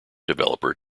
developer